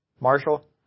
Marshall